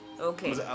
okay